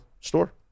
store